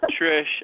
Trish